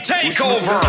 Takeover